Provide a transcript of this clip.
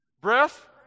Breath